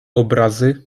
obrazy